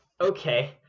Okay